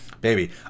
baby